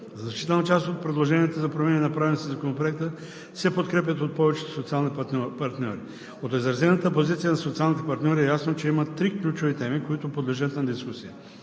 Значителна част от предложенията за промени, направени със Законопроекта, се подкрепят от повечето социални партньори. От изразената позиция на социалните партньори е ясно, че има три ключови теми, които подлежат на дискусия.